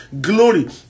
glory